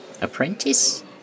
apprentice